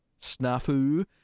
snafu